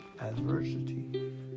adversity